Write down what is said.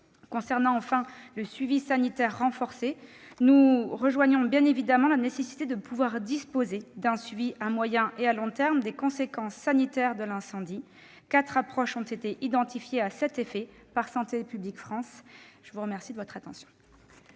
Concernant enfin le suivi sanitaire renforcé, nous vous rejoignons évidemment sur la nécessité de disposer d'un suivi à moyen et à long terme des conséquences sanitaires de l'incendie ; quatre approches ont été identifiées à cet effet par Santé publique France. Nous allons maintenant